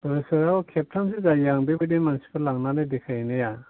बोसोराव खेबथामसो जायो आं बेबायदि मानसिफोर लांनानै देखायहैनाया